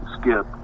Skip